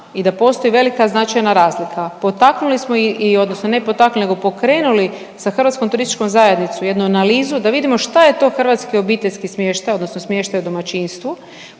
i da postoji velika i značajna razlika. Potaknuli smo i odnosno ne potaknuli nego pokrenuli sa Hrvatskom turističkom zajednicom jednu analizu da vidimo šta je to hrvatski obiteljski smještaj odnosno smještaj u domaćinstvu